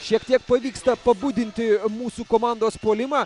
šiek tiek pavyksta pabudinti mūsų komandos puolimą